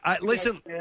listen